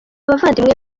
abavandimwe